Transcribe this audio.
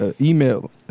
Email